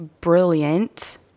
brilliant